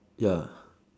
ya